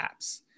apps